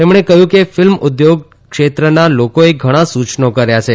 તેમણે કહ્યું કે ફિલ્મ ઉદ્યોગ ક્ષેત્રના લોકોએ ઘણા સુચનો કર્યા છે